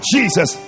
Jesus